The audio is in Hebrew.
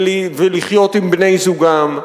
ולחיות עם בני-זוגם.